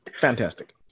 fantastic